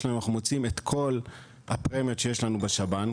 אנחנו מוציאים את כל הפרמיות שיש לנו בשב"ן,